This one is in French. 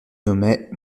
nommait